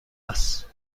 است